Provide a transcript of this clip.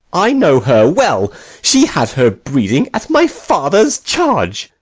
i know her well she had her breeding at my father's charge.